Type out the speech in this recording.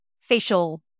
facial